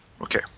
Okay